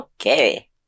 Okay